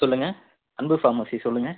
சொல்லுங்கள் அன்பு பார்மசி சொல்லுங்கள்